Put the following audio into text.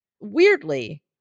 weirdly